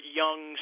young